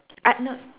uh no